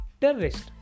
terrorist